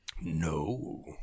No